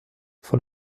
von